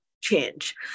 change